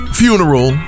funeral